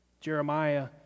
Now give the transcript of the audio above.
jeremiah